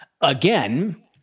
again